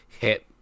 hit